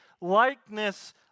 likeness